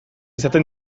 izaten